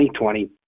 2020